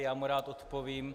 Já mu rád odpovím.